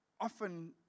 often